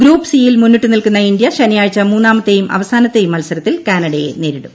group C ൽ മുന്നിട്ടുനിൽക്കുന്നു India ശനിയാഴ്ച മൂന്നാമത്തേയും അവസാനത്ത്യെയും മത്സരത്തിൽ കാനഡയെ നേരിടും